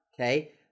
okay